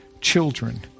children